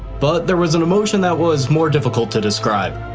but there was an emotion that was more difficult to describe.